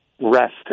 rest